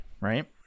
right